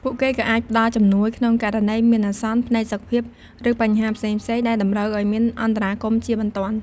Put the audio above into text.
ពួកគេក៏អាចផ្តល់ជំនួយក្នុងករណីមានអាសន្នផ្នែកសុខភាព ឬបញ្ហាផ្សេងៗដែលតម្រូវឲ្យមានអន្តរាគមន៍ជាបន្ទាន់។